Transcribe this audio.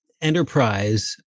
enterprise